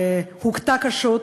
שהיא הוכתה קשות,